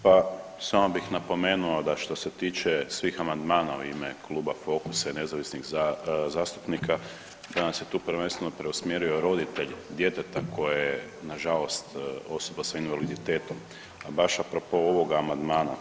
Pa samo bih napomenuo da što se tiče svih amandmana u ime kluba Fokusa i Nezavisnih zastupnika … prvenstveno preusmjerio roditelje djeteta koje je nažalost osoba s invaliditetom, a baš a propos ovog amandmana.